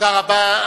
תודה רבה.